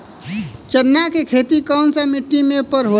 चन्ना के खेती कौन सा मिट्टी पर होला?